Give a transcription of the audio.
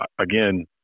again